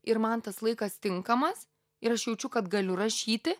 ir man tas laikas tinkamas ir aš jaučiu kad galiu rašyti